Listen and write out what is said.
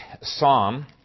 psalm